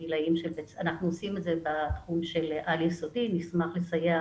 אנחנו עושים את זה בתחום של על יסודי, נשמח לסייע